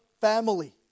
family